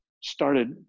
started